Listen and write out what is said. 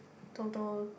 total